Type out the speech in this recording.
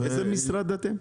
איזה משרד אתם?